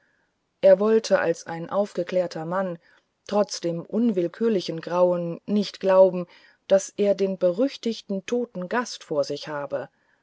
er wollte als ein aufgeklärter mann trotz dem unwillkürlichen grauen nicht glauben daß er den berüchtigten toten gast vor sich habe